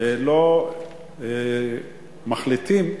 לא מחליטים,